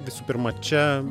visų pirma čia